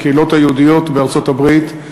בקהילות היהודיות בארצות-הברית,